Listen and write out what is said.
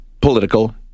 political